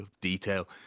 detail